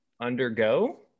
Undergo